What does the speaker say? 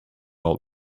old